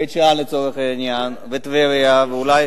וטבריה ואולי,